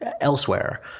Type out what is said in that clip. elsewhere